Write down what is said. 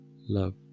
love